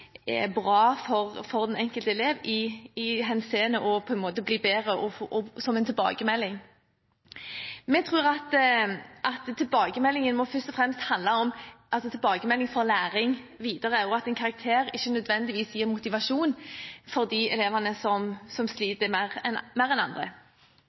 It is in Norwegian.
bra for den enkelte elev i det henseende at eleven skal bli bedre, eller som en tilbakemelding. Vi tror at tilbakemeldingen først og fremst må være en tilbakemelding for videre læring, og at en karakter ikke nødvendigvis gir motivasjon for de elevene som sliter mer enn andre.